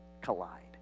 collide